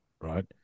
Right